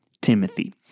Timothy